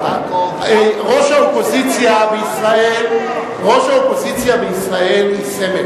ראש האופוזיציה בישראל הוא סמל,